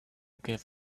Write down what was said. give